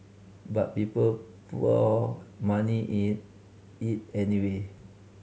but people poured money in it anyway